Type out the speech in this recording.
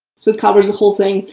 so it covers the whole thing.